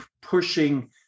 pushing